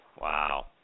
Wow